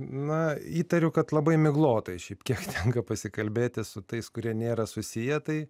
na įtariu kad labai miglotai šiaip kiek tenka pasikalbėti su tais kurie nėra susiję tai